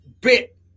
bit